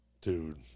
dude